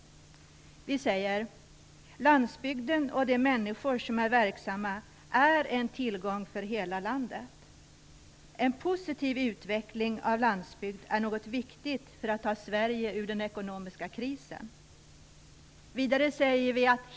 I motionen säger vi centerpartister att: En positiv utveckling av landsbygden är viktigt för att ta Sverige ur den ekonomiska krisen.